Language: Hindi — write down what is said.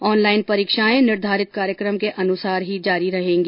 ऑनलाइन परीक्षाएं निर्धारित कार्यक्रम के अनुसार जारी रहेंगी